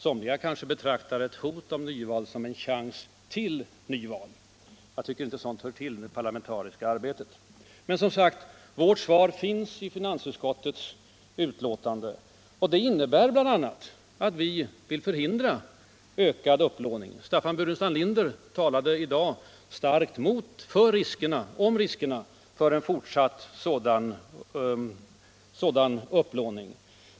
Somliga kanske betraktar ett hot om nyval som en chans till nyval, men jag tycker som sagt inte att sådant här hör till det parlamentariska arbetet. Vårt svar finns alltså i finansutskottets betänkande, och det innebär bl.a. att vi vill förhindra ökad upplåning. Staffan Burenstam Linder talade i dag starkt om riskerna för en fortsatt sådan upplåning.